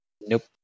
Nope